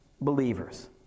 believers